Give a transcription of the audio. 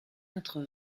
quatre